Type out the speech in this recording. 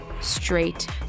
straight